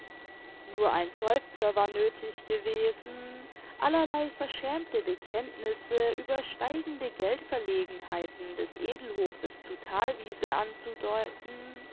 nur ein seufzer war nöthig gewesen allerlei verschämte bekenntnisse über steigende geldverlegenheiten des edelhofes zu thalwiese anzudeuten